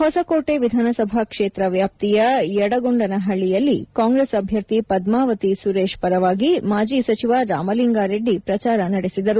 ಹೊಸಕೋಟೆ ವಿಧಾನಸಭಾ ಕ್ಷೇತ್ರ ವ್ಯಾಪ್ತಿಯ ಯದಗೊಂಡನಹಳ್ಳಿಯಲ್ಲಿ ಕಾಂಗ್ರೆಸ್ ಅಭ್ಯರ್ಥಿ ಪದ್ಮಾವತಿ ಸುರೇಶ್ ಪರವಾಗಿ ಮಾಜಿ ಸಚಿವ ರಾಮಲಿಂಗಾರೆಡ್ಡಿ ಪ್ರಚಾರ ನಡೆಸಿದರು